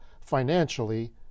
financially